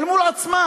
אל מול עצמה.